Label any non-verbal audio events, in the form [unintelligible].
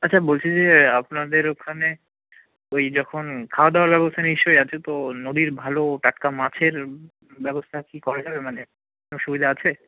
আচ্ছা বলছি যে আপনাদের ওখানে ওই যখন খাওয়া দাওয়ার ব্যবস্থা নিশ্চয়ই আছে তো নদীর ভালো টাটকা মাছের ব্যবস্থা কি করা যাবে মানে [unintelligible] সুবিধে আছে